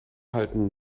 halten